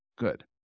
Good